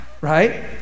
right